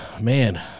man